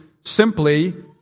simply